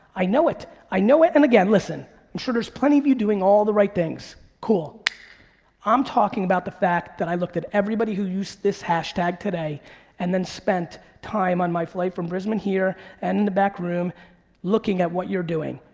i know it. i know it, and again, listen, i'm and sure there's plenty of you doing all the right things, cool i'm talking about the fact that i looked at everybody who used this hashtag today and then spent time on my flight from brisbane here and in the back room looking at what you're doing,